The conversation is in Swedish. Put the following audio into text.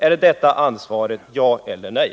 Är det ansvarigt — ja eller nej?